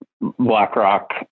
BlackRock